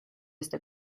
este